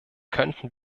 könnten